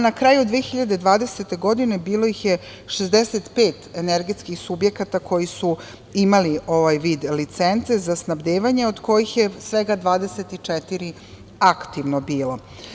Na kraju 2020. godine bilo ih je 65 energetskih subjekata koji su imali ovaj vid licence za snabdevanje, od kojih je svega 24 aktivno bilo.